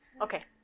Okay